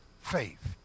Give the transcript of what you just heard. faith